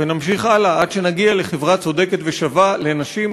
נמשיך הלאה עד שנגיע לחברה צודקת ושווה לנשים,